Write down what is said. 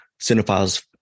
cinephiles